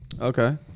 Okay